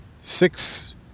six